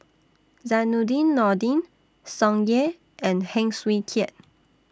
Zainudin Nordin Tsung Yeh and Heng Swee Keat